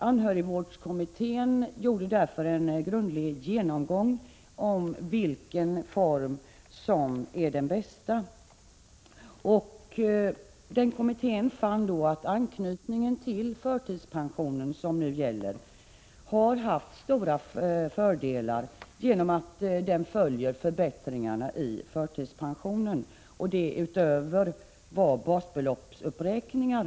Anhörigvårdskommittén gjorde därför en grundlig genom 13 maj 1987 gång av vilken form som är den bästa. Kommittén fann då att anknytningen Vårdbid; K 5 till förtidspensionen, som nu gäller, har haft stora fördelar genom att den rdbidrag för handi SERGE ST AE ler 4 R kappade barn och hanföljer förbättringarna av förtidspensionen, utöver basbeloppsuppräkningar.